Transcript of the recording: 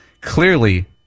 Clearly